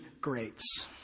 greats